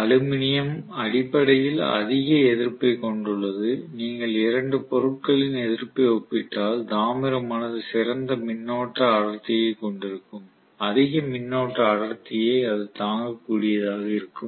aluminium அடிப்படையில் அதிக எதிர்ப்பைக் கொண்டுள்ளது நீங்கள் இரண்டு பொருட்களின் எதிர்ப்பை ஒப்பிட்டால் தாமிரமானது சிறந்த மின்னோட்ட அடர்த்தியைக் கொண்டிருக்கும் அதிக மின்னோட்ட அடர்த்தியை அது தாங்கக்கூடியதாக இருக்கும்